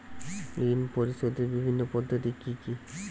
ঋণ পরিশোধের বিভিন্ন পদ্ধতি কি কি?